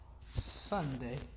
Sunday